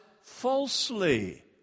falsely